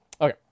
okay